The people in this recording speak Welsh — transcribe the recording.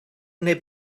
neu